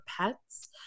pets